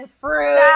fruit